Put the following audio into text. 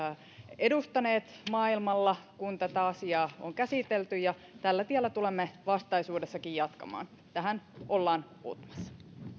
edustaneet maailmalla kun tätä asiaa on käsitelty ja tällä tiellä tulemme vastaisuudessakin jatkamaan tähän ollaan puuttumassa